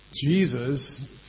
Jesus